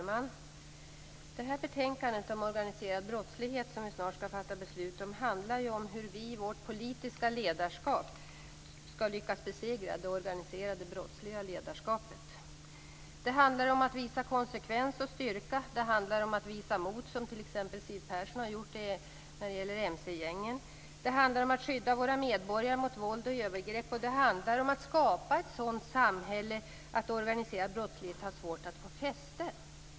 Herr talman! Betänkandet om organiserad brottslighet, som vi snart skall fatta beslut om, handlar om hur vi i vårt politiska ledarskap skall lyckas besegra det organiserade brottsliga ledarskapet. Det handlar om att visa konsekvens och styrka. Det handlar om att visa mod - som t.ex. Siw Persson har gjort i fråga om mc-gängen. Det handlar om att skydda våra medborgare mot våld och övergrepp. Det handlar om att skapa ett sådant samhälle där organiserad brottslighet har svårt att få fäste.